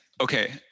okay